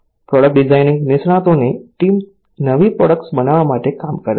product designing નિષ્ણાતોની team નવી products બનાવવા માટે કામ કરે છે